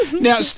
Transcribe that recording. Now